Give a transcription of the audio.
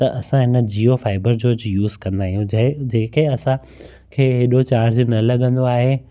त असां इन जियो फाइबर जो जी यूस कंदा आहियूं जंहिं जेके असां खे एॾो चार्ज न लॻंदो आहे